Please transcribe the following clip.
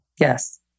Yes